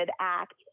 act